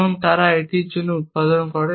এবং তারা এটির জন্য উত্পাদন করে